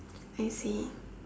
I see